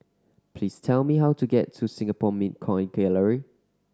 please tell me how to get to Singapore Mint Coin Gallery